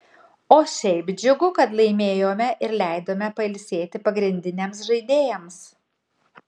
o šiaip džiugu kad laimėjome ir leidome pailsėti pagrindiniams žaidėjams